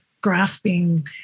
grasping